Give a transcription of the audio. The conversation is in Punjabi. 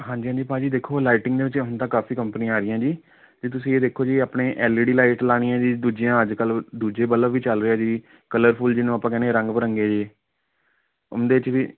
ਹਾਂਜੀ ਹਾਂਜੀ ਭਾਅ ਜੀ ਦੇਖੋ ਲਾਈਟਿੰਗ ਦੇ ਵਿੱਚ ਹੁਣ ਤਾਂ ਕਾਫੀ ਕੰਪਨੀ ਆ ਰਹੀਆਂ ਜੀ ਅਤੇ ਤੁਸੀਂ ਇਹ ਦੇਖੋ ਜੀ ਆਪਣੇ ਐਲਈਡੀ ਲਾਈਟ ਲਾਣੀ ਹੈ ਜੀ ਦੂਜੀਆਂ ਅੱਜ ਕੱਲ੍ਹ ਦੂਜੇ ਬੱਲਬ ਵੀ ਚੱਲ ਰਹੇ ਹੈ ਜੀ ਕਲਰਫੁਲ ਜਿਹਨੂੰ ਆਪਾਂ ਕਹਿੰਦੇ ਰੰਗ ਬਿਰੰਗੇ ਜੇ ਉਹਦੇ 'ਚ ਵੀ